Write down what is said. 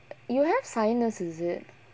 you have sinus is it